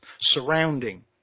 surrounding